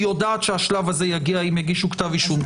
היא יודעת שהשלב הזה יגיע אם יגישו כתב אישום.